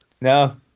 No